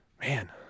Man